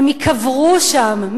הם ייקברו שם.